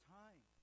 time